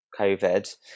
COVID